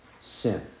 sin